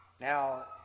Now